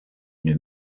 une